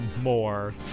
more